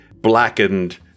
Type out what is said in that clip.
blackened